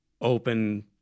open